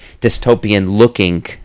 dystopian-looking